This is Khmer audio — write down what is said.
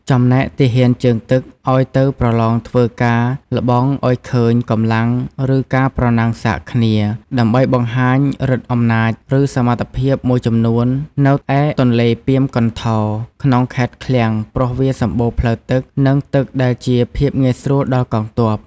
ចំណែកទាហានជើងទឹក ឱ្យទៅប្រឡងធ្វើការល្បងឲ្យឃើញកម្លាំង ឬការប្រណាំងសាកគ្នា ដើម្បីបង្ហាញឫទ្ធិអំណាច ឬសមត្ថភាពមួយចំនួននៅឯទន្លេពាមកន្ថោរ ក្នុងខេត្តឃ្លាំងព្រោះវាសម្បូរផ្លូវទឹក នឹងទឹកដែលជាភាពងាយស្រួលដល់កងទ័ព។